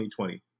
2020